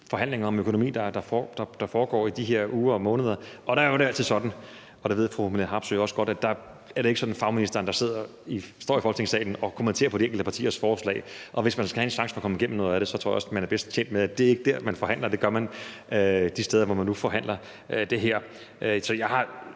forhandlinger om økonomi, der foregår i det her uger og måneder. Og der er det jo altid sådan, og det ved fru Marlene Harpsøe også godt, at det ikke sådan er fagministeren, der står i Folketingssalen og kommenterer på de enkelte partiers forslag. Og hvis man skal have en chance for at komme igennem med noget af det, tror jeg også, man er bedst tjent med, at det ikke er der, man forhandler. Det gør man de steder, hvor man nu forhandler det her. Jeg forstår